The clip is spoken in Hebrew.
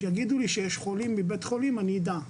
כשיגידו לי שיש חולים בבית החולים אני אדע,